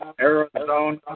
Arizona